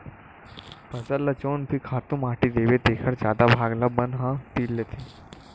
फसल ल जउन भी खातू माटी देबे तेखर जादा भाग ल बन ह तीर लेथे